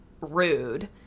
rude